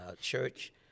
church